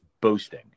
boasting